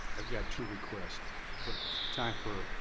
i've got two requests, but time for,